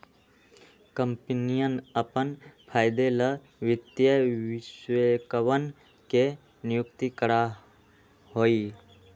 कम्पनियन अपन फायदे ला वित्तीय विश्लेषकवन के नियुक्ति करा हई